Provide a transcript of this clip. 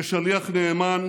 כשליח נאמן